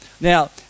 Now